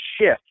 shift